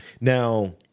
Now